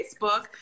facebook